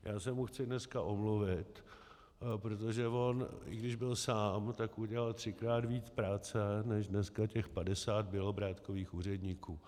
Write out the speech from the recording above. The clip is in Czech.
Já se mu chci dneska omluvit, protože on, i když byl sám, udělal třikrát víc práce než dneska těch 50 Bělobrádkových úředníků.